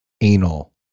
anal